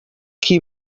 qui